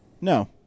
No